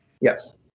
Yes